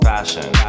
Fashion